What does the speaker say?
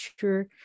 sure